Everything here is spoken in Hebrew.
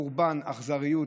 חורבן ואכזריות,